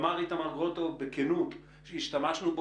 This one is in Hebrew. אמר איתמר גרוטו בכנות שהשתמשנו פה